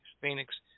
Phoenix